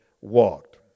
walked